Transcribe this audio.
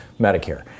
Medicare